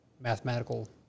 mathematical